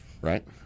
right